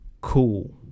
cool